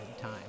time